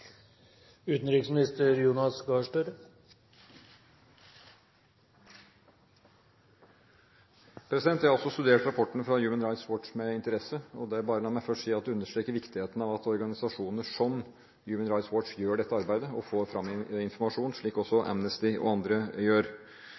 Jeg har også studert rapporten fra Human Rights Watch med interesse. La meg først bare si at det understreker viktigheten av at organisasjoner som Human Rights Watch gjør dette arbeidet og får fram informasjon, slik også